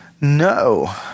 no